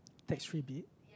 tax will be